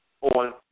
on